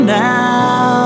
now